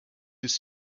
his